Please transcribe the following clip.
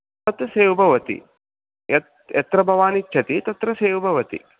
तत् सेव् भवति यत्र भवान् इच्छति तत्र सेव् भवति